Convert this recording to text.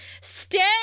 stay